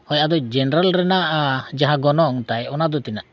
ᱦᱳᱭ ᱟᱫᱚ ᱨᱮᱱᱟᱜ ᱡᱟᱦᱟᱸ ᱜᱚᱱᱚᱝ ᱛᱟᱭ ᱚᱱᱟ ᱫᱚ ᱛᱤᱱᱟᱹᱜ